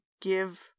give